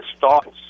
thoughts